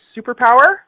superpower